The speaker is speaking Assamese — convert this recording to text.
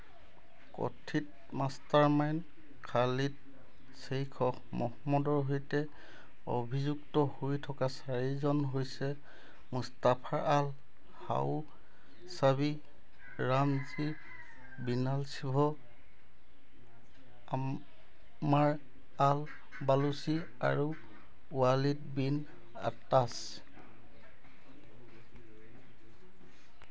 কথিত মাষ্টাৰমাইণ্ড খালিদ শ্বেইখক মহম্মদৰ সৈতে অভিযুক্ত হৈ থকা চাৰিজন হৈছে Mustafa al Hawsawi Ramzi Binalshibh Ammar al Baluchi আৰু ৱালিদ বিন আত্তাছ